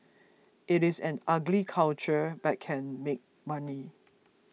it is an ugly culture but can make money